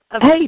Hey